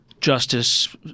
justice